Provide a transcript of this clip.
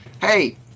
Hey